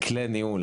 לכלי ניהול.